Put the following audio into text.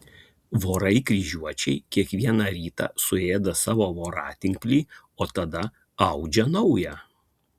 vorai kryžiuočiai kiekvieną rytą suėda savo voratinklį o tada audžia naują